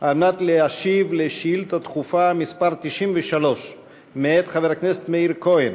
כדי להשיב על שאילתה דחופה מס' 93 מאת חבר הכנסת מאיר כהן.